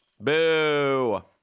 Boo